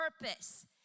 purpose